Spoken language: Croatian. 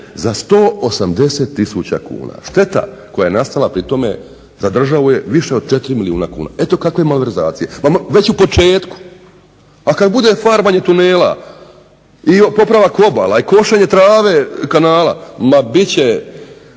za 180 tisuća kuna, šteta koja je nastala pri tome za državu je više od 4 milijuna kuna, eto kakve malverzacije, već u početku. Pa kada bude farbanje tunela, popravak obala, košenje trave kanala biti će